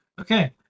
Okay